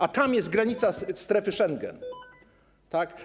A tam jest granica strefy Schengen, tak?